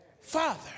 father